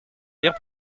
lire